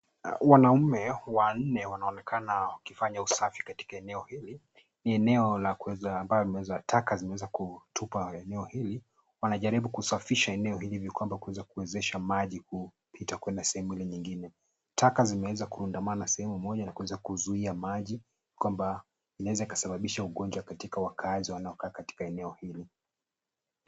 Wanaume wanne wanaonekana wakifanya usafi katika eneo hili. Ni eneo ambalo taka zimeweza kutupwa eneo hili. Wanajaribu kusafisha eneo hili ili kwamba kuweza kuwezesha maji kupita kwenda sehemu ile nyingine. Taka zimeweza kuundamana sehemu moja na kuweza kuzuia maji, kwamba inaweza ikasababisha ugonjwa katika wakazi wanaokaa katika eneo hili.